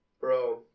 Bro